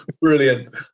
brilliant